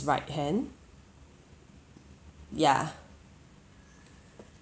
right hand ya